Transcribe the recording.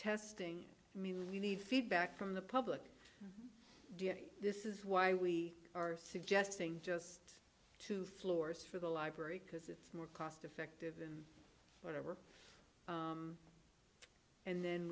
testing i mean we need feedback from the public this is why we are suggesting just two floors for the library because it's more cost effective than whatever and then